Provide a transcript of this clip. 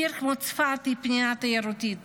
עיר כמו צפת היא פנינה תיירותית,